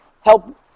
help